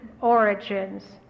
origins